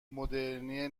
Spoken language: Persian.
مدرنی